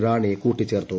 റാണെ കൂട്ടിച്ചേർത്തു